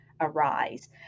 arise